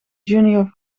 junior